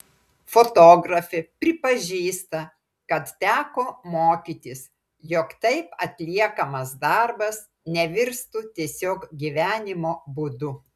fotografė pripažįsta kad teko mokytis jog taip atliekamas darbas nevirstų tiesiog gyvenimo būdu